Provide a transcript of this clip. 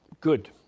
Good